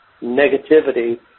negativity